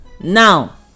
Now